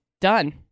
done